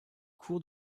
cours